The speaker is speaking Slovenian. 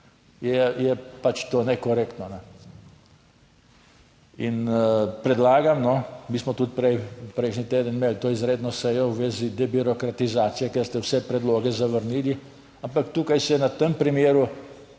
je pač to nekorektno. In predlagam, no, mi smo tudi prej prejšnji teden imeli to izredno sejo v zvezi z debirokratizacijo, ker ste vse predloge zavrnili, ampak tukaj se je na tem primeru,